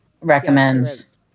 recommends